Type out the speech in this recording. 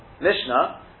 mishnah